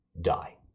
die